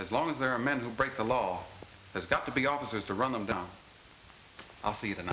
as long as there are men who break the law there's got to be officers to run them down i'll se